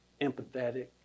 empathetic